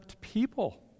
people